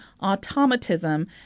automatism